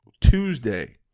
Tuesday